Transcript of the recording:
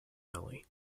alley